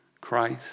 Christ